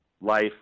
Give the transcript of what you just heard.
life